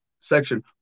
section